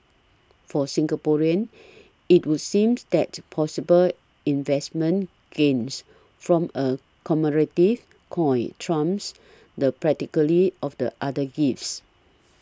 for Singaporeans it would seems that possible investment gains from a commemorative coin trumps the practicality of the other gifts